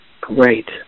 Great